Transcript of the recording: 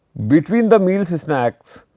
between the meals snacks,